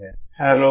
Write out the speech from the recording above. hello